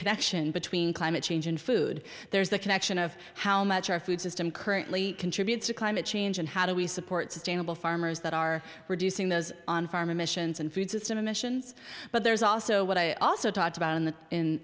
connection between climate change and food there is the connection of how much our food system currently contributes to climate change and how do we support sustainable farmers that are reducing those on farm emissions and food system emissions but there's also what i also talked about in the in